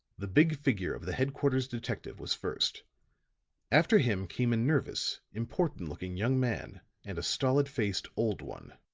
the big figure of the headquarters detective was first after him came a nervous, important looking young man and a stolid-faced old one.